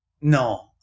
no